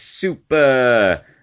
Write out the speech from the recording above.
Super